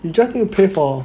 you just need to pay for